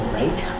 right